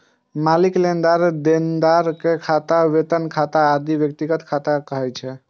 मालिक, लेनदार, देनदार के खाता, वेतन खाता आदि व्यक्तिगत खाता कहाबै छै